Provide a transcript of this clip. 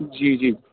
جی جی